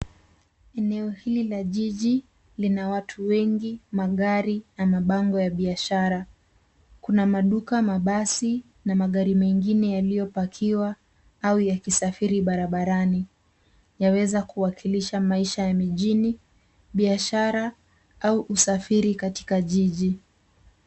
Eneo hili la jiji lina watu wengi magari na mabango ya biashara. Kuna maduka, mabasi na magari mengine yaliyopakiwa au ya kisafiri barabarani. Yaweza kuwakilisha maisha ya mijini, biashara au usafiri katika jijiji.